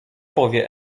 powie